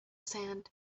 sand